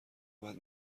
بعد